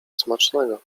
smacznego